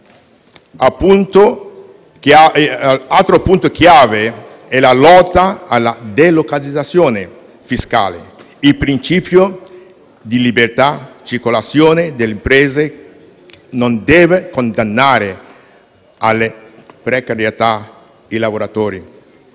Altro punto chiave è la lotta alla delocalizzazione fiscale: il principio di libera circolazione delle imprese non deve condannare alla precarietà i lavoratori.